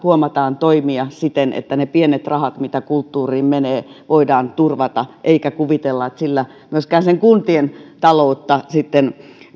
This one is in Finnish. huomataan toimia siten että ne pienet rahat mitä kulttuuriin menevät voidaan turvata eikä kuvitella että siitä säästämällä myöskään sen kuntien taloutta sitten